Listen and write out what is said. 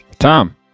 Tom